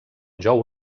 jou